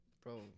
Bro